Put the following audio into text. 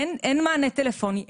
אין מענה טלפוני,